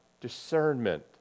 discernment